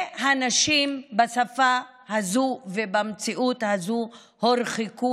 בשפה הזאת ובמציאות הזאת הנשים הורחקו